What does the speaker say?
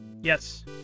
yes